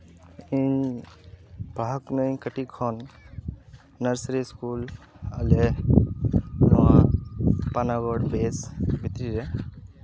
ᱤᱧ ᱯᱟᱲᱦᱟᱣ ᱠᱟᱹᱱᱟᱹᱧ ᱠᱟᱹᱴᱤᱡ ᱠᱷᱚᱱ ᱱᱟᱨᱥᱟᱨᱤ ᱥᱠᱩᱞ ᱟᱞᱮ ᱱᱚᱣᱟ ᱯᱟᱱᱟᱜᱚᱲ ᱵᱮᱥ ᱵᱷᱤᱛᱨᱤ ᱨᱮ